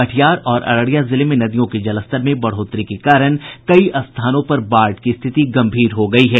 कटिहार और अररिया जिले में नदियों के जलस्तर में बढ़ोतरी के कारण कई स्थानों पर बाढ़ की स्थिति गम्भीर बनी हुई है